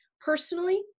personally